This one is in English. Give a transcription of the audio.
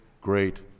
great